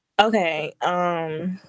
okay